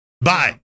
bye